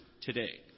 today